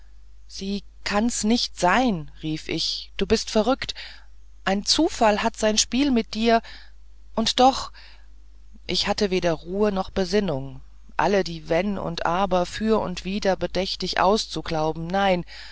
sie kann's nicht sein rief ich du bist verrückt ein zufall hat sein spiel mit dir und doch ich hatte weder ruhe noch besinnung alle die wenn und aber für und wider bedächtig auszuklauben nein